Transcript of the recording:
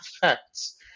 facts